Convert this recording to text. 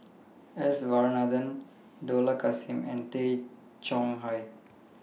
S Varathan Dollah Kassim and Tay Chong Hai